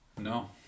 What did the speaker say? No